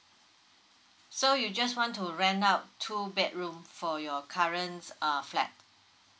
so you just want to rent out two bed room for your current err flat